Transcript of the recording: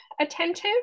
attentive